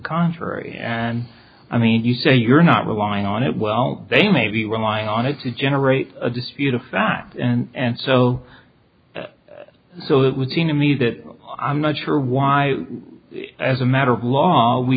contrary and i mean you say you're not relying on it well they may be relying on it to generate a dispute a fact and so so it would seem to me that i'm not sure why as a matter of law we